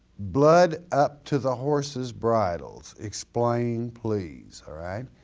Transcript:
blood up to the horse's bridles, explain please, all right.